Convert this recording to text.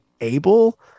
able